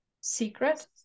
Secret